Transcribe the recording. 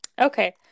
okay